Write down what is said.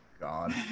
god